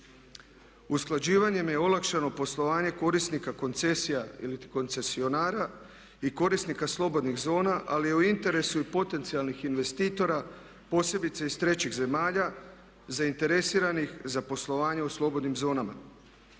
Usklađivanjem je olakšano poslovanje korisnika koncesija iliti koncesionara i korisnika slobodnih zona, ali je u interesu i potencijalnih investitora posebice iz trećih zemalja zainteresiranih za poslovanje u slobodnim zonama.